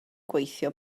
gweithio